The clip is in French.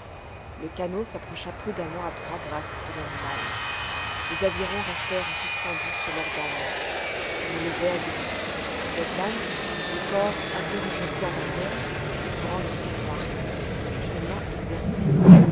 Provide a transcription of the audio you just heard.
le canot s'approcha prudemment à trois brasses de l'animal les avirons restèrent suspendus sur leurs dames je me levai à demi ned land le corps un peu rejeté en arrière brandissait son harpon d'une main exercée